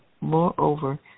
moreover